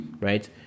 Right